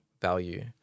value